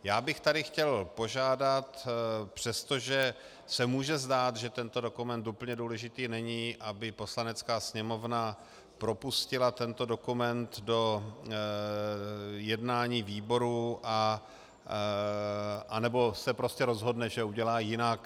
Já bych tady chtěl požádat, přestože se může zdát, že tento dokument úplně důležitý není, aby Poslanecká sněmovna propustila tento dokument do jednání výborů, anebo se prostě rozhodne, že to udělá jinak.